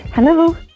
Hello